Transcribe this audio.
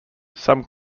some